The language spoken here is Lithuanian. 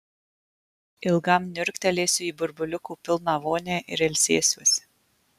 ilgam niurktelėsiu į burbuliukų pilną vonią ir ilsėsiuosi